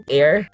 air